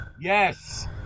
Yes